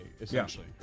essentially